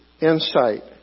insight